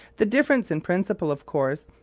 the difference in principle, of course,